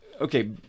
okay